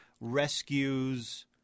rescues